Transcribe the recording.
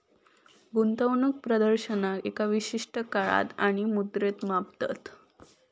गुंतवणूक प्रदर्शनाक एका विशिष्ट काळात आणि मुद्रेत मापतत